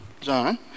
John